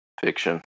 Fiction